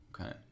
okay